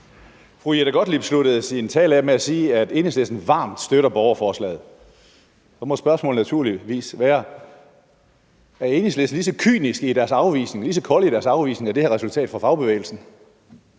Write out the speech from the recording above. Fru Jette Gottlieb sluttede sin tale af med at sige, at Enhedslisten varmt støtter borgerforslaget. Så må spørgsmålet naturligvis være: Er Enhedslisten lige så kyniske i deres afvisning og lige så kolde i deres afvisning af det her resultat fra fagbevægelsen?